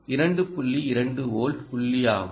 2 volt புள்ளியாகும்